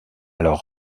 alors